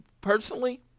personally